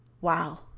Wow